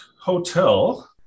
Hotel